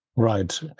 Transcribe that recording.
Right